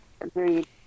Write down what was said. agreed